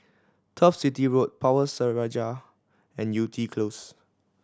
Turf City Road Power Seraya and Yew Tee Close